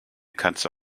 katze